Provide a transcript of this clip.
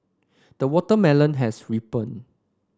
the watermelon has ripened